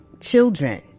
children